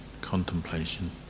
contemplation